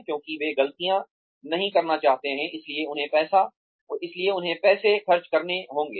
क्योंकि वे ग़लतियाँ नहीं करना चाहते हैं इसलिए उन्हें पैसे खर्च करने होंगे